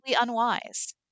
unwise